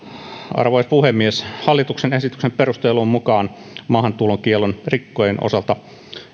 arvoisa puhemies hallituksen esityksen perustelujen mukaan maahantulokiellon rikkojien osalta